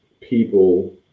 people